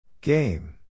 Game